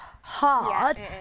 hard